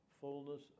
fullness